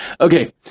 Okay